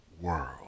world